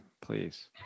please